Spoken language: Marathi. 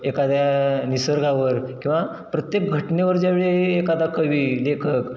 एखाद्या निसर्गावर किंवा प्रत्येक घटनेवर ज्यावेळी एखादा कवी लेखक